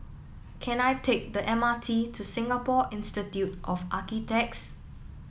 can I take the M R T to Singapore Institute of Architects